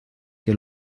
que